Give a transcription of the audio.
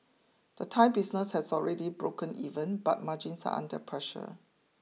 the Thai business has already broken even but margins are under pressure